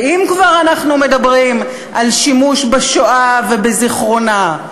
ואם כבר אנחנו מדברים על שימוש בשואה ובזיכרונה,